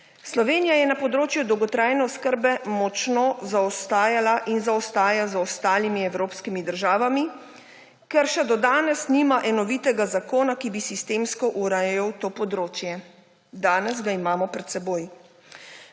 Slovenija je na področju dolgotrajne oskrbe močno zaostajala in zaostaja za ostalimi evropskimi državami, ker še do danes nima enovitega zakona, ki bi sistemsko urejal to področje. Danes ga imamo pred seboj.